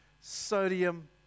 sodium